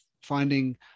finding